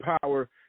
power